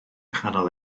nghanol